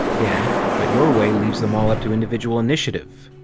yeah, but your way leaves them all up to individual initiative!